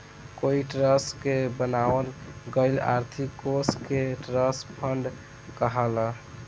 कोई ट्रस्ट के बनावल गईल आर्थिक कोष के ट्रस्ट फंड कहाला